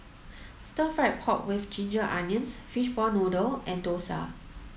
stir fried pork with ginger onions fishball noodle and Dosa